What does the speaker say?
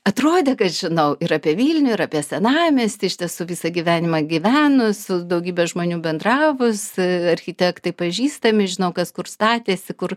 atrodė kad žinau ir apie vilnių ir apie senamiestį iš tiesų visą gyvenimą gyvenus su daugybe žmonių bendravus architektai pažįstami žinau kas kur statėsi kur